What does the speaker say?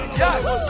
yes